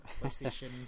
PlayStation